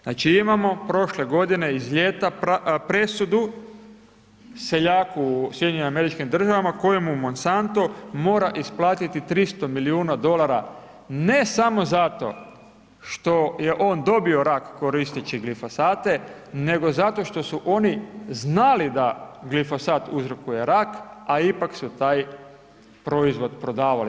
Znači imamo prošle godine iz ljeta, presudu seljaku SAD-a kojemu Monsanto mora isplatiti 300 milijuna dolara ne samo zato što je on dobio rak koristeći glifosate nego zato što su oni znali da glifosat uzrokuje rak a ipak su taj proizvod prodavali.